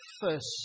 first